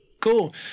Cool